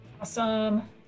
Awesome